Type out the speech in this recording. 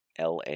LA